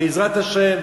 בעזרת השם,